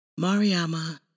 Mariama